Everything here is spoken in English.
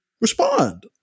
Respond